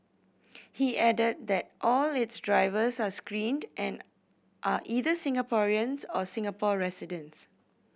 he added that all its drivers are screened and are either Singaporeans or Singapore residents